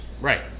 Right